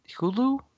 Hulu